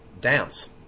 dance